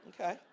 Okay